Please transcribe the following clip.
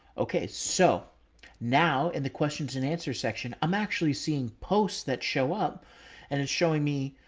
okay, so now in the questions and answer section, i'm actually seeing posts that show up and it's showing me,